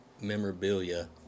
memorabilia